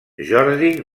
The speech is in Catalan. jordi